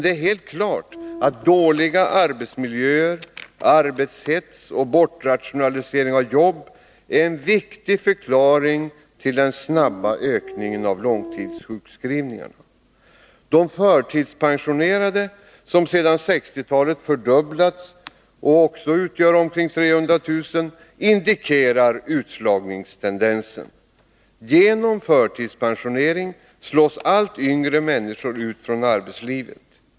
Det är helt klart att dåliga arbetsmiljöer, arbetshets och bortrationalisering av jobb är en viktig förklaring till den snabba ökningen av långtidssjukskrivningarna. De förtidspensionerade, som sedan 1960-talet har fördubblats i antal och också utgör omkring 300 000, indikerar utslagningstendensen. Genom förtidspensionering slås allt yngre människor ut från arbetslivet.